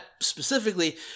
specifically